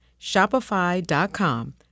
Shopify.com